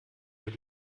über